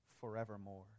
forevermore